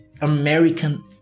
American